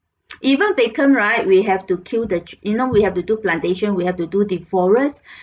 even vacant right we have to kill the you know we have to do plantation we have to do the forests